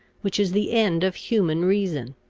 which is the end of human reason.